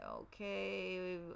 Okay